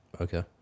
okay